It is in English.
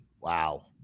Wow